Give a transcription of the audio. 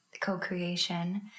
co-creation